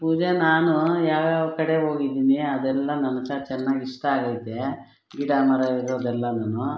ಪೂಜಾ ನಾನು ಯಾವ್ಯಾವ ಕಡೆ ಹೋಗಿದೀನಿ ಅದೆಲ್ಲ ನನತ್ರ ಚೆನ್ನಾಗ್ ಇಷ್ಟ ಆಗೈತೆ ಗಿಡ ಮರ ಇರೋದೆಲ್ಲನು